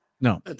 No